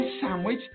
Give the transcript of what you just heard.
sandwich